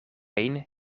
één